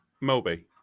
Moby